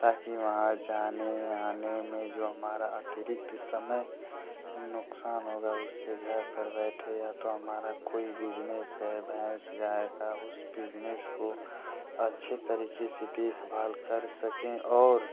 ताकि वहाँ जाने आने में जो हमारा अतिरिक्त समय नुक़सान होगा उससे घर पर बैठे या तो हमारा कोई बिजनेस है भैंस गाय का उस बिजनेस को अच्छे तरीक़े से देख भाल कर सकें और